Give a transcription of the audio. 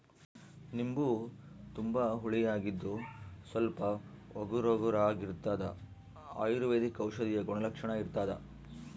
ನಿಂಬು ತುಂಬಾ ಹುಳಿಯಾಗಿದ್ದು ಸ್ವಲ್ಪ ಒಗರುಒಗರಾಗಿರಾಗಿರ್ತದ ಅಯುರ್ವೈದಿಕ ಔಷಧೀಯ ಗುಣಲಕ್ಷಣ ಇರ್ತಾದ